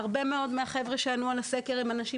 הרבה מאוד מהחבר'ה שענו על הסקר הם אנשים